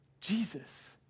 Jesus